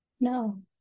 No